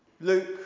Luke